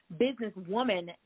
businesswoman